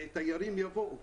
והתיירים יבואו